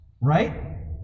right